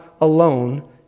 alone